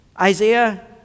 Isaiah